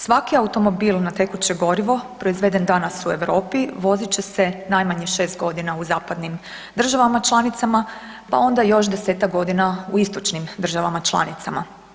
Svaki automobil na tekuće gorivo proizveden danas u Europi vozit će se najmanje 6 godina u zapadnim državama članicama, pa onda još 10-tak godina u istočnim državama članicama.